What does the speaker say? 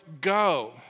go